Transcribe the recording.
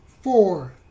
four